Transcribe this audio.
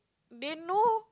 they know